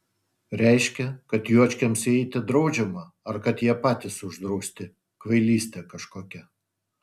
reiškia kad juočkiams įeiti draudžiama ar kad jie patys uždrausti kvailystė kažkokia